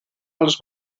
als